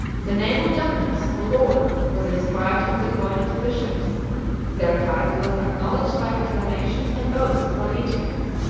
the name of dominus or lord was inscribed on the coin of the bishops their title was acknowledged by acclamations and oaths of allegiance,